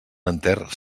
enter